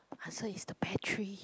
ah so is the battery